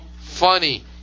funny